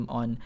on